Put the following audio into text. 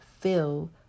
fill